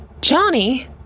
Johnny